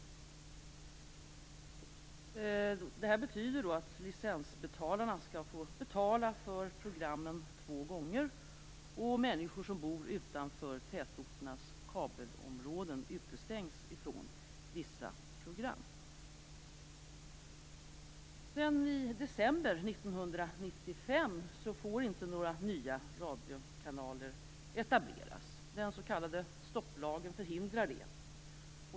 Det här betyder att licensbetalarna skall få betala för programmen två gånger. Människor som bor utanför tätorternas kabelområden utestängs ifrån vissa program. Sedan i december 1995 får inte några nya radiokanaler etableras. Den s.k. stopplagen förhindrar det.